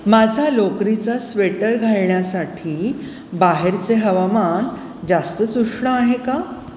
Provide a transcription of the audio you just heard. माझा लोकरीचा स्वेटर घालण्यासाठी बाहेरचे हवामान जास्तच उष्ण आहे का